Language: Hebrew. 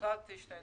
החלטתי שני דברים.